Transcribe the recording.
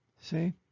See